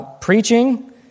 preaching